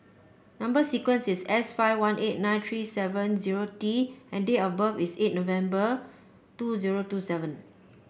number sequence is S five one eight nine three seven zero T and date of birth is eight November two zero two seven